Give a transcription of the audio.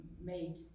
made